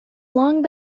long